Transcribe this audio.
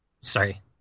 Sorry